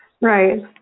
Right